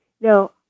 Now